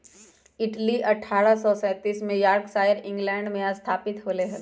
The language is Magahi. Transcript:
टेटली अठ्ठारह सौ सैंतीस में यॉर्कशायर, इंग्लैंड में स्थापित होलय हल